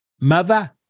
mother